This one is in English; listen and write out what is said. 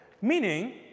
Meaning